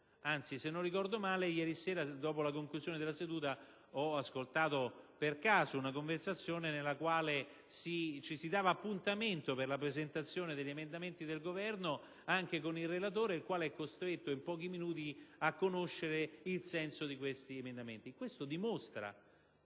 anzi, se non ricordo male, ieri sera, dopo la conclusione della seduta ho ascoltato per caso una conversazione con cui ci si dava appuntamento per la presentazione degli emendamenti del Governo anche con il relatore, il quale è costretto in pochi minuti a conoscere il senso di tali proposte. Ciò dimostra